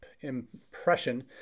impression